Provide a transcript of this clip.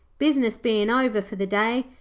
business bein over for the day,